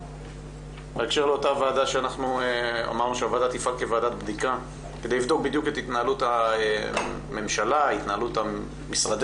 עולה בהקשר לאותה ועדה שאמרנו שתפעל כוועדת בדיקה להתנהלות הממשלה ומשרדי